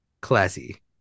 classy